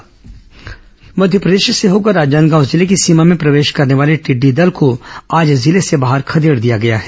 टिड़डी दल मध्यप्रदेश से होकर राजनांदगांव जिले की सीमा में प्रवेश करने वाले टिड्डी दल को आज जिले से बाहर खदेड़ दिया गया है